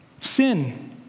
sin